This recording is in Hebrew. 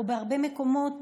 בהרבה מקומות,